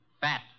Fat